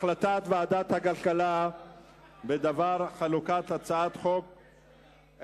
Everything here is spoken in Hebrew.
החלטת ועדת הכלכלה בדבר חלוקת הצעת חוק,